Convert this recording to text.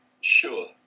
sure